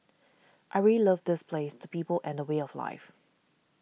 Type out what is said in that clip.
I really love this place the people and the way of life